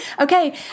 Okay